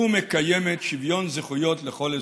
ומקיימת שוויון זכויות לכל אזרחיה".